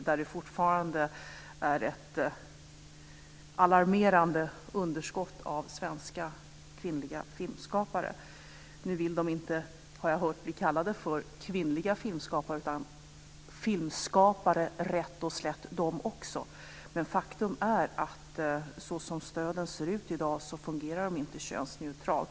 Det finns fortfarande ett alarmerande underskott på svenska kvinnliga filmskapare. Nu har jag hört att de inte vill bli kallade för "kvinnliga filmskapare" utan rätt och slätt "filmskapare", de också. Men faktum är att såsom stöden ser ut fungerar de inte könsneutralt.